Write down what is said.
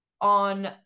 on